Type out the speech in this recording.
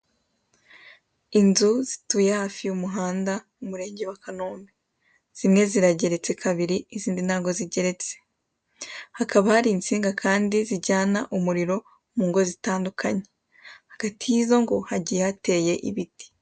Inzu zituye hafi y'umuhanda umurenge wa kanombe, zimwe zirageretse kabiri izindi ntago zigeretse hakaba hari itsinga kandi zijyana umuriro mugo zitandukanye hagati y'izo go hagiye hateye ibiti.